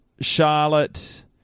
Charlotte